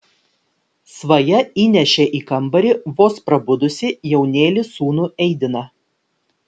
svaja įnešė į kambarį vos prabudusį jaunėlį sūnų eidiną